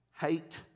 hate